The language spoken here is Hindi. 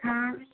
हाँ